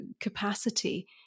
capacity